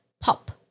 Pop